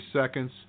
seconds